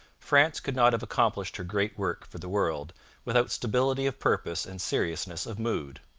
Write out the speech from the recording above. france could not have accomplished her great work for the world without stability of purpose and seriousness of mood.